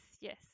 yes